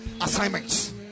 assignments